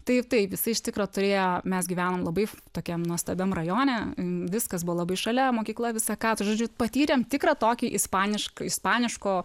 taip taip jisai iš tikro turėjo mes gyvenom labai tokiam nuostabiam rajone viskas buvo labai šalia mokykla visa ką tu žodžiu patyrėm tikrą tokį ispanišk ispaniško